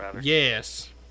Yes